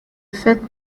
faites